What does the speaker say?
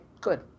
Good